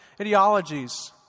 ideologies